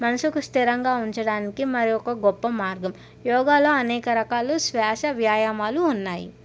మనసుకి స్థిరంగా ఉంచడానికి మరియొక మార్గం యోగాలో అనేక రకాలు శ్వాస వ్యాయామాలు ఉన్నాయి